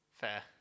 Fair